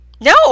No